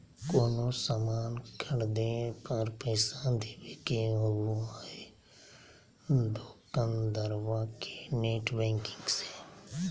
कोनो सामान खर्दे पर पैसा देबे के होबो हइ दोकंदारबा के नेट बैंकिंग से